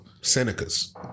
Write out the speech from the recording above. Senecas